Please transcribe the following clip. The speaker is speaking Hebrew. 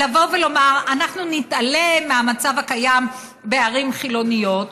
לבוא ולומר: אנחנו נתעלם מהמצב הקיים בערים חילוניות.